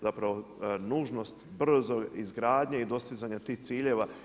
Zapravo, nužnost, brzo izgradnje i dostizanje tih ciljeva.